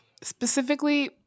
specifically